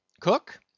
Cook